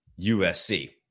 USC